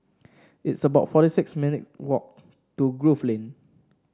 it's about forty six minutes' walk to Grove Lane